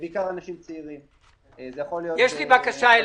אז זו בעיה ראשונה,